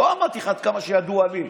לא אמרתי לך "עד כמה שידוע לי".